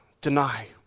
deny